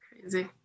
crazy